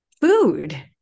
food